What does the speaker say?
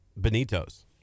Benito's